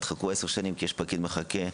תחכו עשר שנים כי יש פקיד שמחכה.